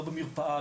לא במרפאה,